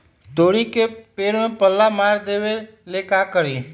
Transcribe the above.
तोड़ी के पेड़ में पल्ला मार देबे ले का करी?